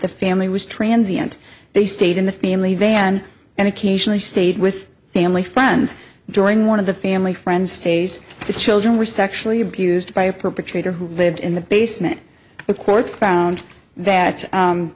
the family was transients they stayed in the family van and occasionally stayed with family friends during one of the family friends stays the children were sexually abused by a perpetrator who lived in the basement the court found that